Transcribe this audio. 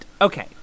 Okay